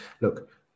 look